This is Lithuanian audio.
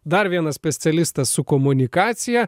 dar vienas specialistas su komunikacija